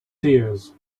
seers